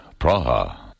Praha